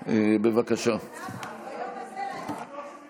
ברביבאי וחבר הכנסת הורוביץ,